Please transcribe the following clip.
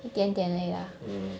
一点点而已啊